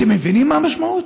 אתם מבינים מה המשמעות?